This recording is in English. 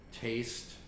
Taste